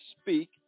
speak